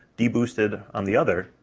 de-boosted on the other,